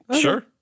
Sure